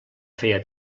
feia